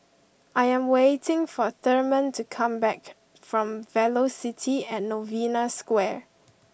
I am waiting for Therman to come back from Velocity at Novena Square